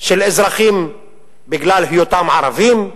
של אזרחים בגלל היותם ערבים,